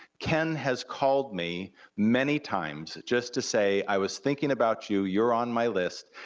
ken has called me many times just to say i was thinking about you, you're on my list,